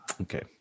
Okay